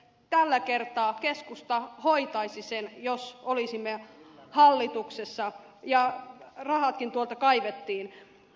tällä kertaa keskusta hoitaisi sen jos olisimme hallituksessa ja rahatkin tuolta kaivettiin